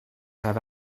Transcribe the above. have